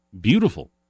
beautiful